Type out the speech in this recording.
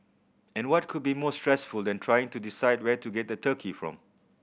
and what could be more stressful than trying to decide where to get the turkey from